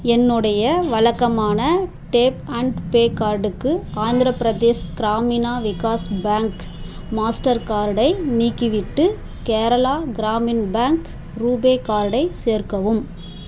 என்னுடைய வழக்கமான tap and pay கார்டுக்கு ஆந்திர பிரதேஷ் கிராமினா விகாஸ் பேங்க் மாஸ்டர் கார்டை நீக்கிவிட்டு கேரளா கிராமின் பேங்க் ரூபே கார்டை சேர்க்கவும்